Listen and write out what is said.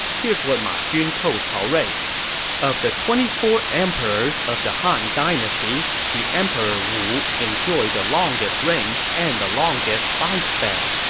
here's what ma jun told cao rui of the twenty four emperors of the han dynasty, the emperor wu enjoyed the longest reign and the longest lifespan.